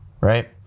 Right